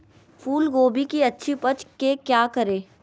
फूलगोभी की अच्छी उपज के क्या करे?